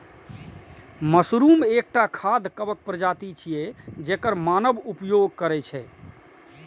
mushroom एकटा खाद्य कवक प्रजाति छियै, जेकर मानव उपभोग करै छै